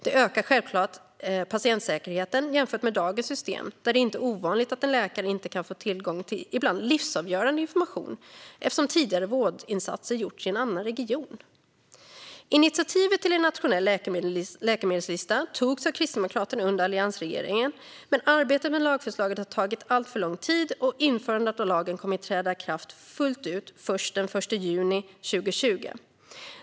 Det ökar självklart patientsäkerheten jämfört med dagens system, där det inte är ovanligt att en läkare inte kan få tillgång till ibland livsavgörande information eftersom tidigare vårdinsatser gjorts i en annan region. Initiativet till en nationell läkemedelslista togs av Kristdemokraterna under alliansregeringen. Arbetet med lagförslaget har dock tagit alltför lång tid, och införandet av lagen kommer att ske fullt ut först den 1 juni 2020.